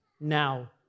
now